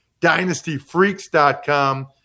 DynastyFreaks.com